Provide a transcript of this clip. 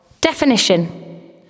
definition